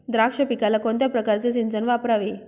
द्राक्ष पिकाला कोणत्या प्रकारचे सिंचन वापरावे?